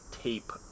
tape